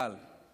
קל.